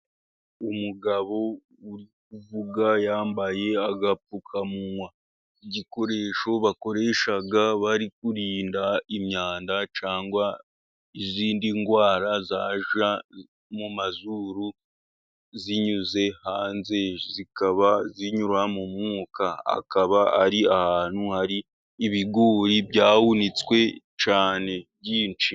Umugabo uvuga yambaye agapfukamunwa, igikoresho bakoresha bari kwirinda imyanda cyangwa izindi ndwara, zajya mu mazuru zinyuze hanze zikaba zinyura mu mwuka, akaba ari ahantu hari ibigori byahunitswe cyane byinshi.